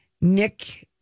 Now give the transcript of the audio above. Nick